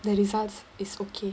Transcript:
the results is okay